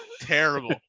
Terrible